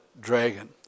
dragon